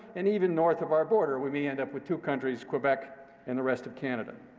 and even north of our border, we may end up with two countries, quebec and the rest of canada.